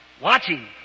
Watching